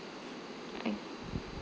o~